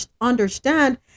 understand